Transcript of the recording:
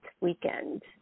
weekend